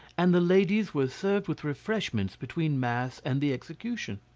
and the ladies were served with refreshments between mass and the execution.